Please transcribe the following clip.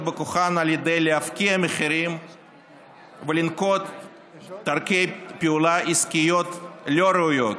בכוחן כדי להפקיע מחירים ולנקוט דרכי פעולה עסקיות לא ראויות,